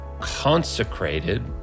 consecrated